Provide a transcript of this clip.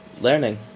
learning